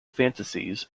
fantasies